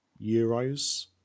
euros